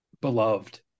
beloved